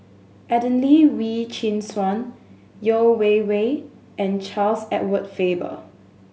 Adelene Wee Chin Suan Yeo Wei Wei and Charles Edward Faber